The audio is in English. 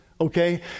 Okay